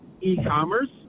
e-commerce